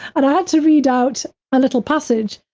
and i had to read out a little passage,